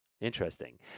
Interesting